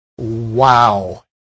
wow